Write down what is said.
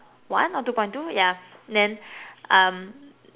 one or two point two yeah then um